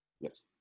yes